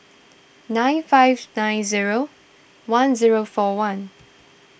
nine five nine zero one zero four one